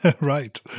Right